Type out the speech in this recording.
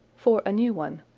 for a new one,